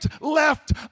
left